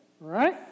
right